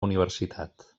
universitat